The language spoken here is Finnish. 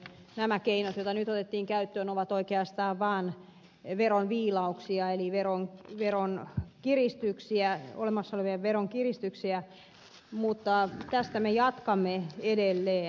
nämä keinot joita nyt otettiin käyttöön ovat oikeastaan vaan veron viilauksia eli veronkiristyksiä olemassa olevien verojen kiristyksiä mutta tästä me jatkamme edelleen